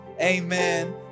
amen